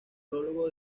prólogo